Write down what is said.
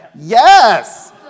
Yes